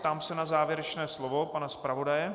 Ptám se na závěrečné slovo pana zpravodaje.